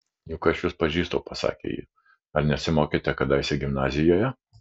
juk aš jus pažįstu pasakė ji ar nesimokėt kadaise gimnazijoje